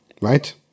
right